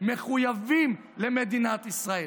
מחויבים למדינת ישראל.